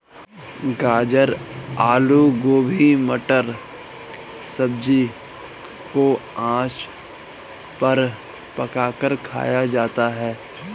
गाजर आलू गोभी मटर सब्जी को आँच पर पकाकर खाया जाता है